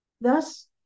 thus